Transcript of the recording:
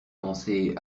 penser